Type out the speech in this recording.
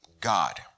God